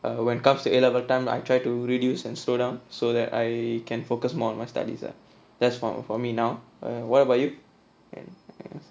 and when comes to A level time I try to reduce and slowdown so that I can focus more on my studies ah that's for for me now uh what about you